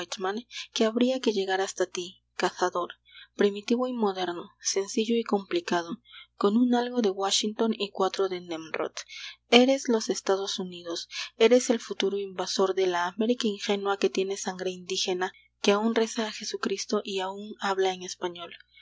que habría que llegar hasta ti cazador primitivo y moderno sencillo y complicado con un algo de wáshington y cuatro de nemrod eres los estados unidos eres el futuro invasor de la américa ingenua que tiene sangre indígena que aun reza a jesucristo y aun habla en español